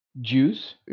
Juice